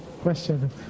question